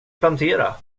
plantera